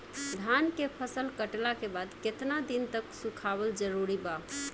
धान के फसल कटला के बाद केतना दिन तक सुखावल जरूरी बा?